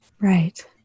Right